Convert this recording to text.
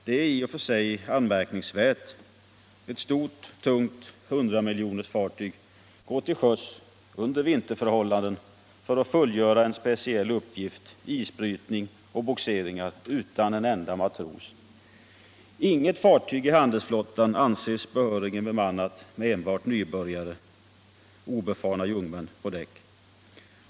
Det är i och för sig anmärkningsvärt: ett stort, tungt hundramiljonersfartyg går till sjöss under vinterförhållanden för att fullgöra en speciell uppgift, isbrytning och bogseringar, utan en enda matros. Inget fartyg i handelsflottan anses behörigen bemannad med enbart nybörjare, obefarna jungmän, på däck.